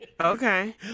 Okay